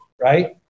right